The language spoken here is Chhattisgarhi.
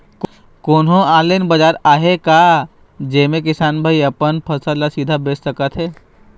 कोन्हो ऑनलाइन बाजार आहे का जेमे किसान भाई मन अपन फसल ला सीधा बेच सकथें?